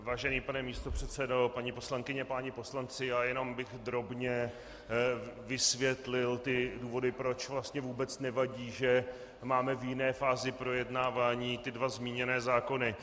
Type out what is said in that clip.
Vážený pane místopředsedo, paní poslankyně, páni poslanci, jenom bych drobně vysvětlil důvody, proč vlastně vůbec nevadí, že máme v jiné fázi projednávání ty dva zmíněné zákony.